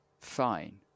fine